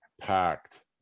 packed